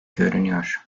görünüyor